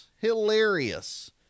hilarious